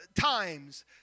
times